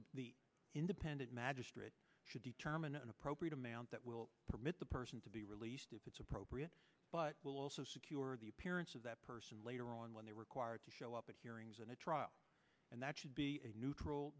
that the independent magistrate should determine an appropriate amount that will permit the person to be released if it's appropriate but will also secure the appearance of that person later on when they require to show up at hearings and a trial and that should be a neutral